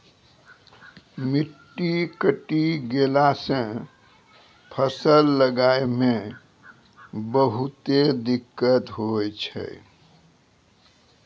मिट्टी कटी गेला सॅ फसल लगाय मॅ बहुते दिक्कत होय छै